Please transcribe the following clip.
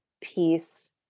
peace